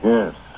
Yes